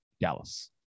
Dallas